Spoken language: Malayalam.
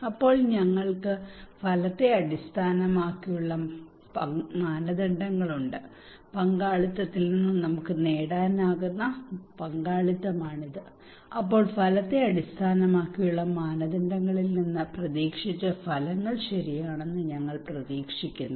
അപ്പോൾ ഞങ്ങൾക്ക് ഫലത്തെ അടിസ്ഥാനമാക്കിയുള്ള മാനദണ്ഡങ്ങളുണ്ട് പങ്കാളിത്തത്തിൽ നിന്ന് നമുക്ക് നേടാനാകുന്ന പങ്കാളിത്തമാണിത് അപ്പോൾ ഫലത്തെ അടിസ്ഥാനമാക്കിയുള്ള മാനദണ്ഡങ്ങളിൽനിന്ന് പ്രതീക്ഷിച്ച ഫലങ്ങൾ ശരിയാണെന്ന് ഞങ്ങൾ പ്രതീക്ഷിക്കുന്നു